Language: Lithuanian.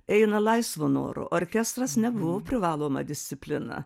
eina laisvu noru orkestras nebuvo privaloma disciplina